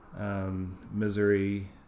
Misery